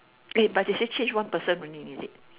eh but they say change one person only is it